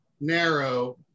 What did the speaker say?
narrow